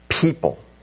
people